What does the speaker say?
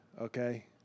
okay